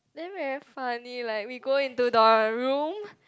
then very funny like we go into the room